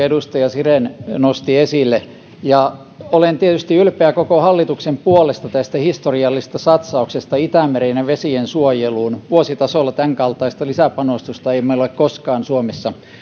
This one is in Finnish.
edustaja siren nosti esille on erittäin tärkeä olen tietysti ylpeä koko hallituksen puolesta tästä historiallisesta satsauksesta itämeren ja vesien suojeluun vuositasolla tämänkaltaista lisäpanostusta emme ole koskaan suomessa